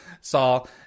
Saul